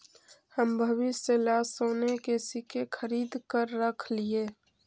हम भविष्य ला सोने के सिक्के खरीद कर रख लिए